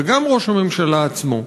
וגם ראש הממשלה עצמו,